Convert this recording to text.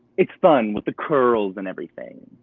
it's fun with the curls and everything.